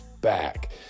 back